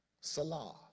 Salah